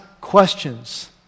questions